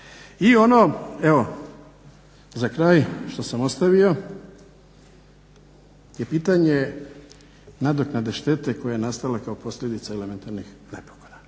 I ono, evo za kraj što sam ostavio, je pitanje nadoknade štete koja je nastala kao posljedica elementarnih nepogoda.